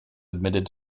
admitted